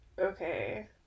okay